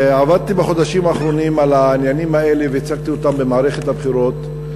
עבדתי בחודשים האחרונים על העניינים האלה והצגתי אותם במערכת הבחירות.